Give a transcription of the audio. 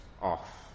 off